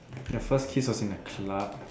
you're first kiss was in a club